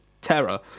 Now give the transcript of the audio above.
terror